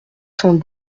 cent